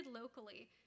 locally